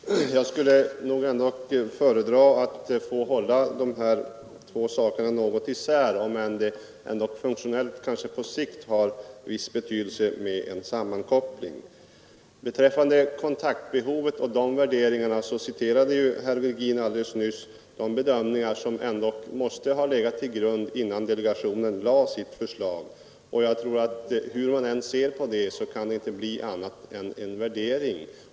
Herr talman! Jag skulle nog föredra att få hålla dessa två saker något isär, även om det funktionellt på sikt kanske har en viss betydelse med en sammankoppling. Beträffande kontaktbehovet och därmed sammanhängande värderingar citerade herr Virgin alldeles nyss de bedömningar, som ändå måste ha legat till grund för lokaliseringsdelegationen innan den framlade sitt förslag. Hur man än ser på dessa bedömningar kan det inte bli fråga om annat än en värdering.